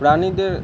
প্রাণীদের